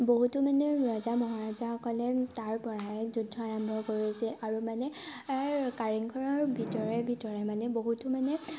বহুতো মানে ৰজা মহাৰজাসকলে তাৰপৰাই যুদ্ধ আৰম্ভ কৰিছে আৰু মানে আৰু কাৰেংঘৰৰ ভিতৰে ভিতৰে মানে বহুতো মানে